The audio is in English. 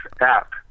app